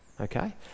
okay